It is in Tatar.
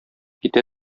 китә